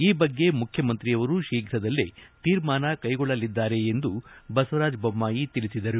ಈ ಬಗ್ಗೆ ಮುಖ್ಯಮಂತ್ರಿಯವರು ಶೀಘ್ರದಲ್ಲೇ ತೀರ್ಮಾನ ಕೈಗೊಳ್ಳಲಿದ್ದಾರೆ ಎಂದು ಬಸವರಾಜ ಬೊಮ್ಬಾಯಿ ತಿಳಿಸಿದರು